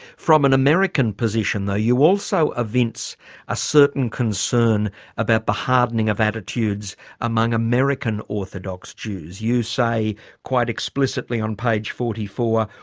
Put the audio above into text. from an american position though you also evince a certain concern about the hardening of attitudes among american orthodox jews. you say quite explicitly on page forty four,